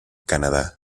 canadá